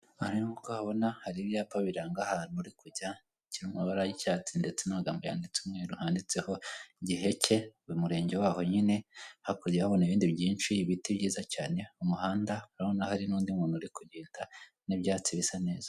Aha rero nk'uko uhabona hari ibyapa biranga ahantu uri kujya k biri mu mabara y'icyatsi ndetse n'amagambo yanditse umweru handitseho giheke ni murenge waho nyine, hakurya urahabona ibindi byinshi ibiti byiza cyane, umuhanda urabona hari n'undi muntu uri kugenda n'ibyatsi bisa neza.